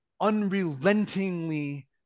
unrelentingly